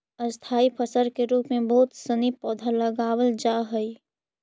स्थाई फसल के रूप में बहुत सनी पौधा लगावल जा हई